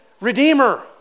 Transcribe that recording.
Redeemer